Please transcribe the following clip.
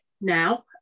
now